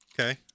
Okay